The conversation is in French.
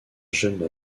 jeune